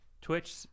Twitch